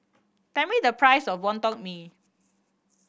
tell me the price of Wonton Mee